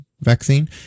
vaccine